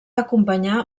acompanyar